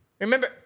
Remember